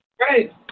Right